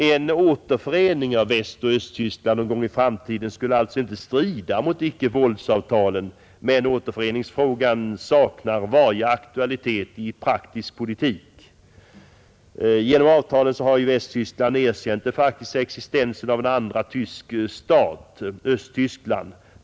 En återförening av Västoch Östtyskland någon gång i framtiden skulle alltså inte strida mot ickevåldsavtalen, men återföreningsfrågan saknar varje aktualitet i praktisk politik, Genom avtalen har Västtyskland erkänt den faktiska existensen av en andra tysk stat, Östtyskland.